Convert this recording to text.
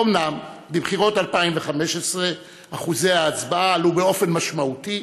אומנם בבחירות של 2015 אחוזי ההצבעה עלו באופן משמעותי,